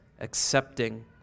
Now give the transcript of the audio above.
Accepting